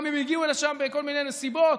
גם אם הגיעו לשם בכל מיני נסיבות.